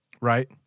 Right